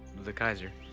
the kaiser,